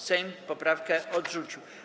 Sejm poprawkę odrzucił.